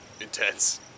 intense